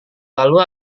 lalu